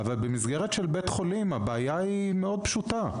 אבל במסגרת של בית חולים הבעיה היא מאוד פשוטה.